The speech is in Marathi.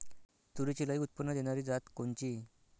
तूरीची लई उत्पन्न देणारी जात कोनची?